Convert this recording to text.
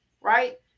Right